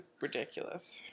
ridiculous